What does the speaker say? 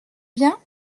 bien